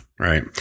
Right